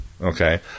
Okay